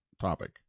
topic